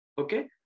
Okay